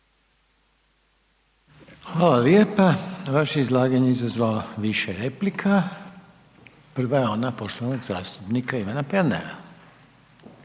Hvala lijepa. Vaše je izlaganje izazvalo više replika. Prva je ona poštovanog zastupnika Ivana Pernara.